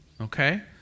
Okay